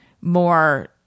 more